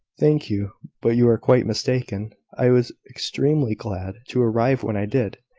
thank you but you are quite mistaken. i was extremely glad to arrive when i did.